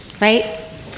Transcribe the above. right